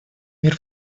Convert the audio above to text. мир